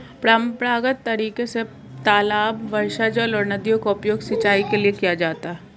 परम्परागत तरीके से तालाब, वर्षाजल और नदियों का उपयोग सिंचाई के लिए किया जाता है